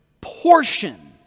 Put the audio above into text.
portion